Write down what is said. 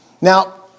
Now